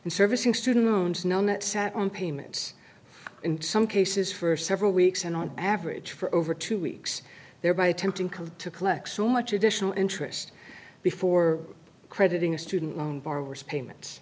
servicing student loans known that sat on payments in some cases for several weeks and on average for over two weeks thereby attempting to collect so much additional interest before crediting a student loan borrowers payment